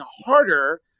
harder